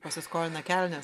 pasiskolina kelnes